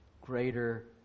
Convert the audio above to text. greater